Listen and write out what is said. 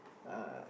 uh